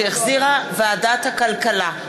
שהחזירה ועדת הכלכלה.